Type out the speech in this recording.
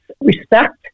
respect